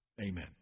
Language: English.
Amen